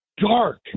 dark